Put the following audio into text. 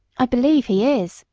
i believe he is,